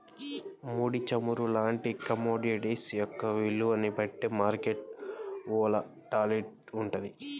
ముడి చమురు లాంటి కమోడిటీస్ యొక్క విలువని బట్టే మార్కెట్ వోలటాలిటీ వుంటది